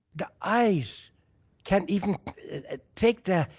the eyes can't even take the